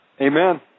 Amen